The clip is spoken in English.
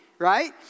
Right